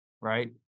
Right